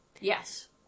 Yes